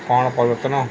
କ'ଣ ପରିବର୍ତ୍ତନ